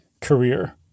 career